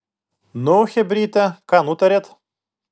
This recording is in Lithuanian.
nu chebryte ką nutarėt